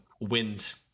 wins